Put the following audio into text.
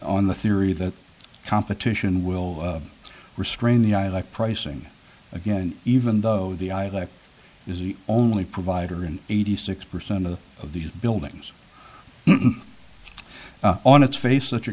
on the theory that competition will restrain the i like pricing again and even though the i like is the only provider in eighty six percent of the of these buildings on its face such a